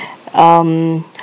um